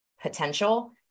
potential